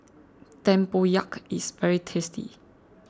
Tempoyak is very tasty